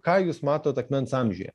ką jūs matot akmens amžiuje